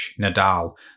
Nadal